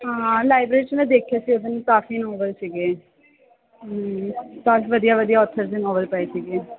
ਹਾਂ ਲਾਈਬਰੇਰੀ ਵਿੱਚ ਮੈਂ ਦੇਖਿਆ ਸੀ ਉਦੋਂ ਕਾਫੀ ਨੋਵਲ ਸੀਗੇ ਬਹੁਤ ਵਧੀਆ ਵਧੀਆ ਓਥੇ ਦੇ ਨੋਵਲ ਪਏ ਸੀਗੇ